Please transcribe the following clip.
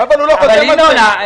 הוא לא חותם על זה.